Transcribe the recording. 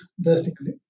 drastically